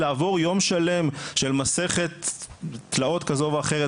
לעבור יום שלם של מסכת תלאות כזו ואחרת